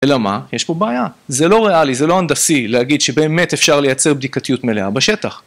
אלא מה? יש פה בעיה. זה לא ריאלי, זה לא הנדסי להגיד שבאמת אפשר לייצר בדיקתיות מלאה בשטח.